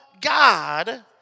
God